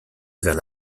vers